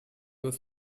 was